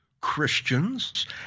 Christians